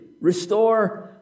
Restore